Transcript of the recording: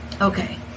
Okay